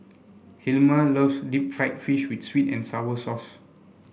Hilmer loves Deep Fried Fish with sweet and sour sauce